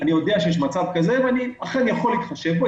אני יודע שיש מצב כזה ואני אכן יכול להתחשב בו.